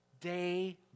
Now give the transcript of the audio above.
day